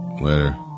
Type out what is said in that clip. Later